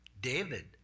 David